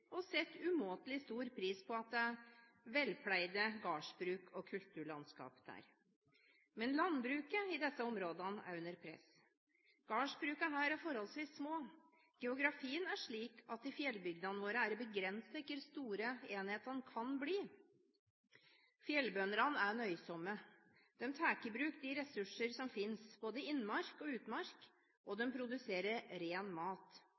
og setter umåtelig stor pris på at det er velpleide gardsbruk og kulturlandskap der. Men landbruket i disse områdene er under press. Gårdsbrukene her er forholdsvis små. Geografien er slik at i fjellbygdene er det begrenset hvor store enhetene kan bli. Fjellbøndene er nøysomme. De tar i bruk de ressurser som finnes, i både innmark og utmark, og de produserer ren mat.